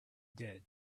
did